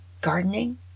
Gardening